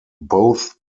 both